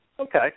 Okay